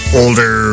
older